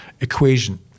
equation